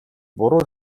буруу